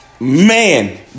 Man